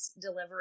delivery